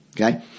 okay